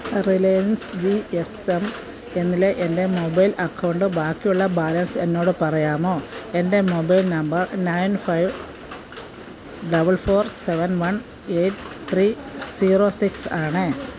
Reliance G S M എന്നതിലെ എൻ്റെ mobile account ബാക്കിയുള്ള ബാലൻസ് എന്നോട് പറയാമോ എൻ്റെ mobile number nine five double four seven one eight three zero six ആണ്